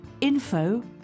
info